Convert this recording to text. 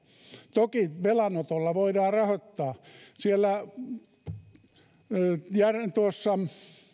toki velanotolla voidaan rahoittaa tuossa